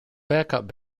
backup